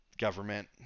Government